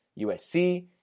USC